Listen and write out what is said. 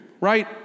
right